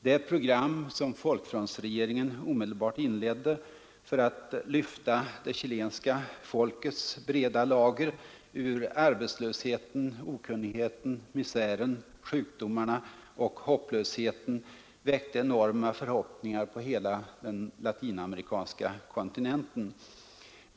Det program som folkfrontsregeringen omedelbart inledde för att lyfta det chilenska folkets breda lager ur arbetslösheten, okunnigheten, misären, sjukdomarna och hopplösheten väckte enorma förhoppningar på hela den latinamerikanska kontinenten.